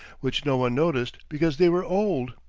which no one noticed because they were old.